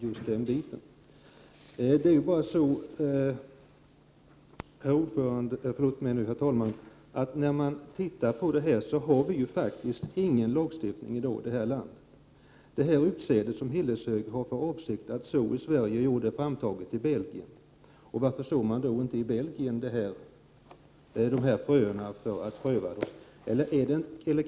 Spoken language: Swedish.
När man ser på den här frågan, herr talman, finner man att vi i dag faktiskt inte har någon lagstiftning. Det utsäde som Hilleshög AB har för avsikt att så i Sverige i år har framtagits i Belgien. Varför sår man då inte fröerna i Belgien, om man vill pröva dem?